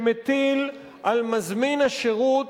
שמטיל על מזמין השירות,